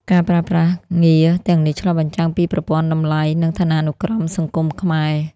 ការប្រើប្រាស់ងារទាំងនេះឆ្លុះបញ្ចាំងពីប្រព័ន្ធតម្លៃ និងឋានានុក្រមសង្គមខ្មែរ។